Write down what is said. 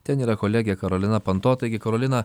ten yra kolegė karolina panto taigi karolina